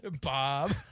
Bob